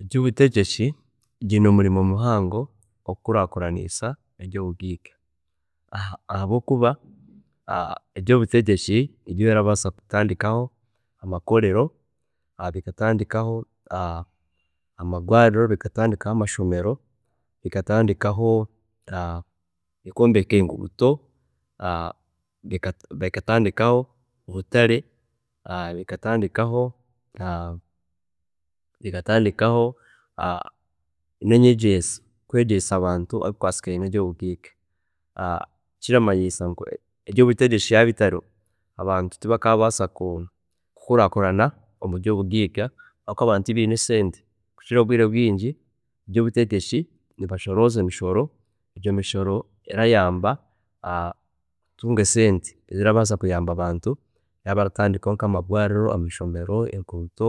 ﻿Ebyobutegyeki byiine omurimo muhango okukuraakuranisa ebyobugeinga ahabwokuba ebyobutegyeki nibyo birabaasa kutandikaho amakorero, bikatandikaho amashomero, bikatandikaho bikombeka enguudo, bikatandikaho obutare, bikatandikaho nenyegyeesa, kwegyesa abantu ebikwatireine nebyobugeiga, kiramanyiisa ngu ebyobutegyeki byaaba bitariho abantu tibakabaasa kukurakurana omubyobugeiga ahabwokuba abantu tineine sente, kukira obwiire obwingi abebyobutegyeki nibashorooza emishoro, egyo mishoro erayamba kutunga esente zirabaasa kuyamba abantu baratandikaho nkamarwaariro, amashomero, enkuuto,